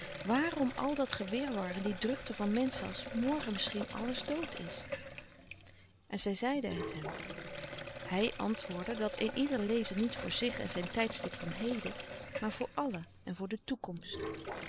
waarom al dat gewirwar en die drukte van menschen als morgen misschien alles dood is en zij zeide het hem hij antwoordde dat een ieder leefde niet voor zich en zijn tijdstip van heden maar voor allen en voor de toekomst